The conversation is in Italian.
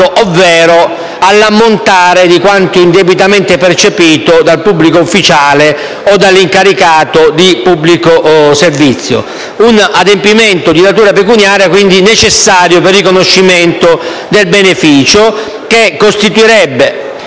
ovvero all'ammontare di quanto indebitamente percepito dal pubblico ufficiale o dall'incaricato di pubblico servizio. Si tratta, quindi, di un adempimento di natura pecuniaria necessario al riconoscimento del beneficio, che costituirebbe